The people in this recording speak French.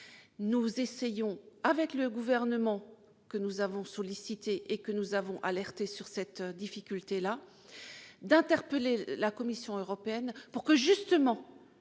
Nous essayons, avec le Gouvernement, que nous avons sollicité et alerté sur cette difficulté, d'interpeller la Commission européenne pour que, justement,